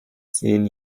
zehn